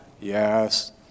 Yes